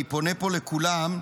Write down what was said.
אני פונה פה לכולם,